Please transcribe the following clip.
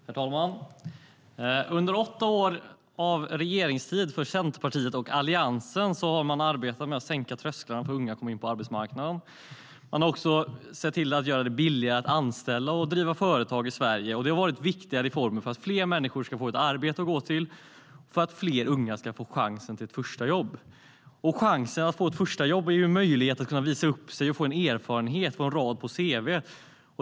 Herr talman! Under åtta år av regeringstid för Centerpartiet och Alliansen har man arbetat med att sänka trösklarna för unga för att komma in på arbetsmarknaden. Man har också sett till att göra det billigare att anställa och driva företag i Sverige. Det har varit viktiga reformer för att fler människor ska få ett arbete att gå till och för att fler unga ska få chansen till ett första jobb. Chansen att få ett första jobb är en möjlighet att visa upp sig och att få en erfarenhet och en rad på sitt cv.